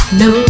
no